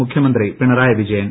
മുഖ്യമന്ത്രി പിണറായി വിജയൻ